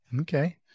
Okay